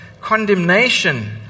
condemnation